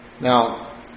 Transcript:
Now